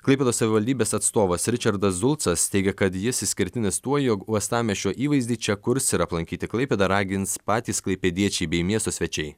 klaipėdos savivaldybės atstovas ričardas zulcas teigia kad jis išskirtinis tuo jog uostamiesčio įvaizdį čia kurs ir aplankyti klaipėdą ragins patys klaipėdiečiai bei miesto svečiai